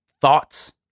Thoughts